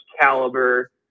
caliber